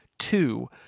Two